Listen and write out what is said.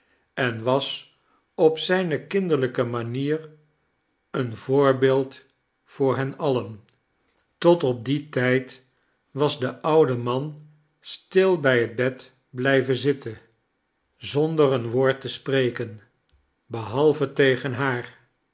en was op zijne kinderlijke rnanier een voorbeeld voor hen alien tot op dien tijd was de oude man stil bij het bed blijven zitten zonder een woord te spreken behalve tegen haar